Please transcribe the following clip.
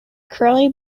curly